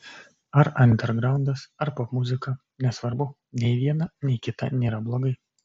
ar andergraundas ar popmuzika nesvarbu nei viena nei kita nėra blogai